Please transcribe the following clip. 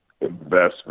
investment